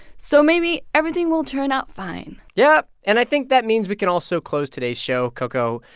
so maybe everything will turn out fine yeah. and i think that means we can also close today's show, coco,